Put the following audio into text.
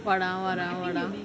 what ah what ah what ah